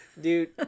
Dude